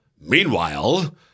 meanwhile